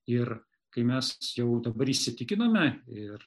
ir kai mes jau dabar įsitikinome ir